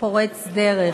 פורץ דרך,